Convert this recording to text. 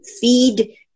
feed